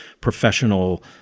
professional